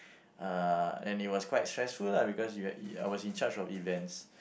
uh and it was quite stressful lah because you had it I was in charge of events